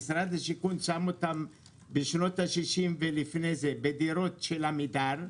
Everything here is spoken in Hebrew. שמשרד השיכון שם אותם בשנות ה-60 ולפני זה בדירות של עמידר,